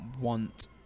want